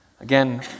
Again